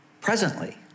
Presently